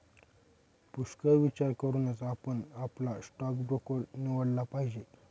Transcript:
पुष्कळ विचार करूनच आपण आपला स्टॉक ब्रोकर निवडला पाहिजे